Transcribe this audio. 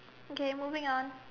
okay moving on